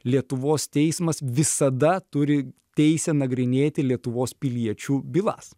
lietuvos teismas visada turi teisę nagrinėti lietuvos piliečių bylas